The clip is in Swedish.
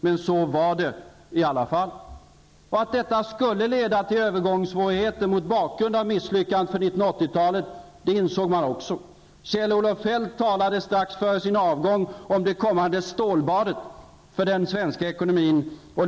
Men så var det i alla fall. Att detta mot bakgrund av misslyckandet från 1980-talet skulle leda till övergångssvårigheter, insåg man också. Kjell-Olof Feldt talade strax före sin avgång om det kommande ''stålbadet'' för den svenska ekonomin.